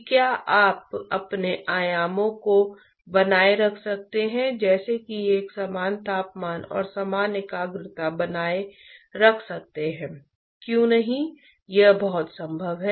और वस्तु को देखने से पहले ही तापमान भाप बन जाता है